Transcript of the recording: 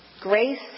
Grace